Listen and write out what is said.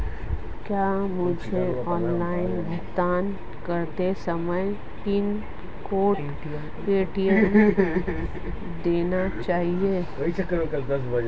क्या मुझे ऑनलाइन भुगतान करते समय अपना ए.टी.एम पिन देना चाहिए?